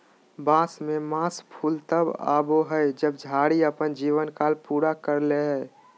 बांस में मास फूल तब आबो हइ जब झाड़ी अपन जीवन काल पूरा कर ले हइ